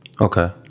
okay